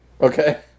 Okay